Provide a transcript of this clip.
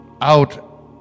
out